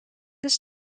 this